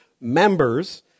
members